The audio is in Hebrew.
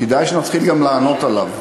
כדאי שנתחיל גם לענות עליו,